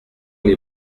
les